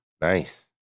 Nice